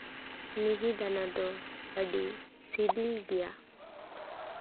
ᱢᱤᱦᱤᱫᱟᱱᱟ ᱫᱚ ᱟᱹᱰᱤ ᱥᱤᱵᱤᱞ ᱜᱮᱭᱟ